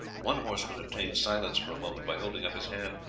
one horseman obtained silence for a moment by holding up his hand.